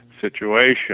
situation